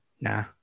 Nah